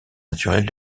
naturelle